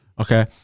Okay